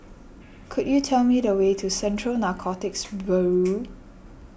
could you tell me the way to Central Narcotics Bureau